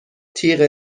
تیغ